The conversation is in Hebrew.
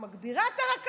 היא מתגברת את הרכבות,